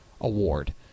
Award